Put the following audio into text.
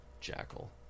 jackal